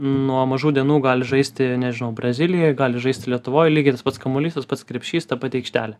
nuo mažų dienų gali žaisti nežinau brazilijoj gali žaisti lietuvoj lygiai tas pats kamuolys tas pats krepšys ta pati aikštelė